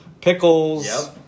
Pickles